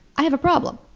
i have a problem.